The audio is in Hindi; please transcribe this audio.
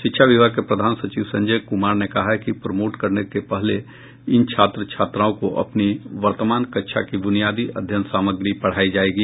शिक्षा विभाग के प्रधान सचिव संजय कुमार ने कहा है कि प्रमोट करने से पहले इन छात्र छात्राओं को अपनी वर्तमान कक्षा की बुनियादी अध्ययन सामग्री पढ़ाई जायेगी